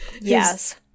Yes